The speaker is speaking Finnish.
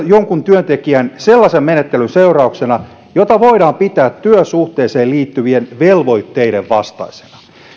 jonkun työntekijän sellaisen menettelyn seurauksena jota voidaan pitää työsuhteeseen liittyvien velvoitteiden vastaisena